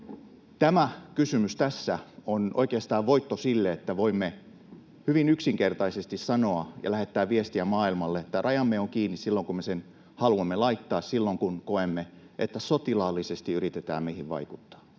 Tämä kysymys tässä on oikeastaan voitto sille, että voimme hyvin yksinkertaisesti sanoa ja lähettää viestiä maailmalle, että rajamme on kiinni silloin, kun me sen haluamme laittaa, silloin, kun koemme, että sotilaallisesti yritetään meihin vaikuttaa.